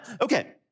okay